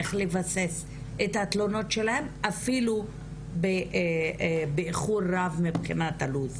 איך לבסס את התלונות שלהן אפילו באיחור רב מבחינת הלו"ז.